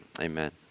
Amen